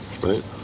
right